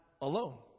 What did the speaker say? alone